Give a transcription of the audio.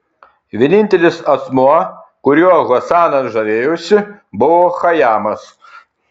vienintelis asmuo kuriuo hasanas žavėjosi buvo chajamas